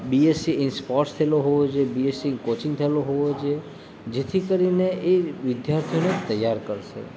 BSc in sports થયેલો હોવો જોઈએ બીએસસી ઈન કોચિંગ થયેલો હોવો જોઈએ જેથી કરીને એ વિદ્યાર્થીઓને તૈયાર કરશે